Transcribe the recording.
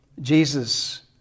Jesus